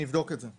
אני אבדוק את זה.